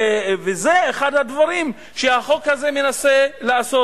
וזה אחד הדברים שהחוק הזה מנסה לעשות.